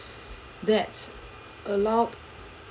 that allow